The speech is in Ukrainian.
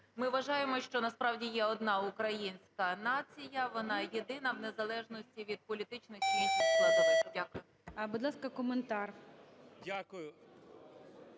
Ми вважаємо, що насправді є одна українська нація, вона єдина в незалежності від політичних чи інших складових. Дякую. ГОЛОВУЮЧИЙ. Будь ласка, коментар.